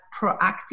proactive